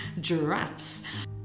giraffes